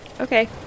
okay